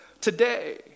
Today